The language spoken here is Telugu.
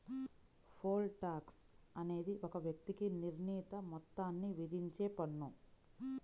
పోల్ టాక్స్ అనేది ఒక వ్యక్తికి నిర్ణీత మొత్తాన్ని విధించే పన్ను